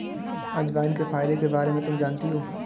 अजवाइन के फायदों के बारे में तुम जानती हो?